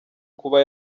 kuba